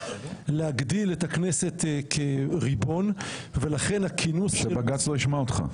להגדיל את הכנסת כריבון ולכן הכינוס --- שבג"צ לא ישמע אותך.